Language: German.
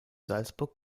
salzburg